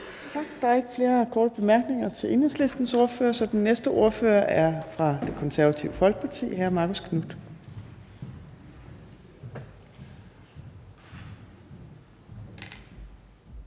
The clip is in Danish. Tak. Der er ikke flere korte bemærkninger til Enhedslistens ordfører. Så den næste ordfører er fra Det Konservative Folkeparti, og det er hr. Marcus Knuth.